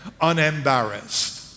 unembarrassed